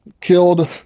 killed